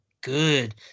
good